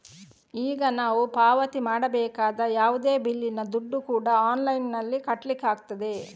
ಈಗ ನಾವು ಪಾವತಿ ಮಾಡಬೇಕಾದ ಯಾವುದೇ ಬಿಲ್ಲಿನ ದುಡ್ಡು ಕೂಡಾ ಆನ್ಲೈನಿನಲ್ಲಿ ಕಟ್ಲಿಕ್ಕಾಗ್ತದೆ